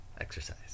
Exercise